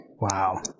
Wow